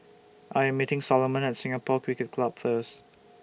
I Am meeting Solomon At Singapore Cricket Club First